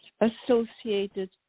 associated